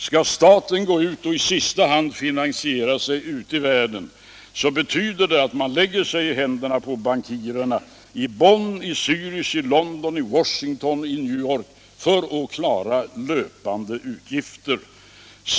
Skall staten gå ut och i sista hand finansiera sig ute i världen betyder det att man kommer i händerna på bankirerna i Bonn, Zärich, London, Washington och New York för att klara löpande utgifter.